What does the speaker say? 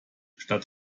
statt